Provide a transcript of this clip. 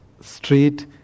street